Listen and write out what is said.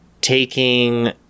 taking